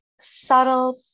subtle